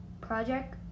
Project